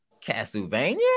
castlevania